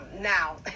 now